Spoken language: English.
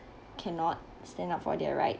cannot stand up for their rights